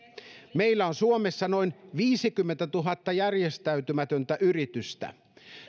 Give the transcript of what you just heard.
meillä on suomessa noin viisikymmentätuhatta järjestäytymätöntä yritystä